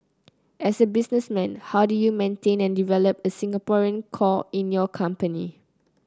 as a businessman how do you maintain and develop a Singaporean core in your company